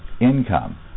income